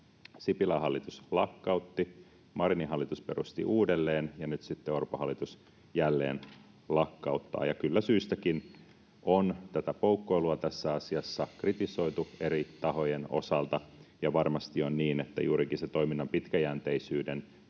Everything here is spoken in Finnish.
Sipilän hallitus lakkautti, Marinin hallitus perusti uudelleen, ja nyt sitten Orpon hallitus jälleen lakkauttaa. Ja kyllä syystäkin on tätä poukkoilua tässä asiassa kritisoitu eri tahojen osalta, ja varmasti on niin, että juurikin toiminnan pitkäjänteisyyden